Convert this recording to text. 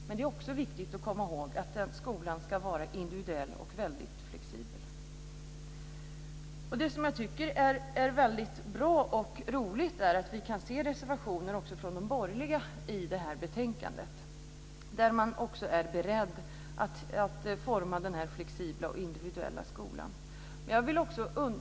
Men det är också viktigt att komma ihåg att den skolan ska vara individuell och väldigt flexibel. Det som jag tycker är väldigt bra och roligt är att vi kan se reservationer också från de borgerliga i det här betänkandet där man är beredd att forma den flexibla och individuella skolan.